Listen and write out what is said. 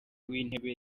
w’intebe